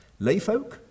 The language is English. layfolk